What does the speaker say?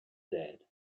said